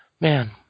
Man